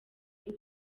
y’u